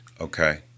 Okay